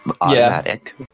automatic